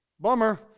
Bummer